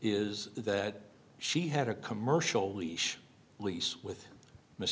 is that she had a commercial leash lease with m